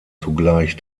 zugleich